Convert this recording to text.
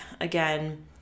again